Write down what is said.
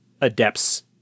adept's